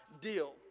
deal